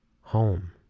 home